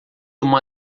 uma